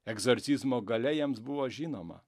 egzorcizmo galia jiems buvo žinoma